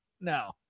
No